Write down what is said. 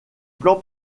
plan